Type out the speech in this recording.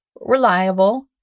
reliable